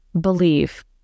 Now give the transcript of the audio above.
believe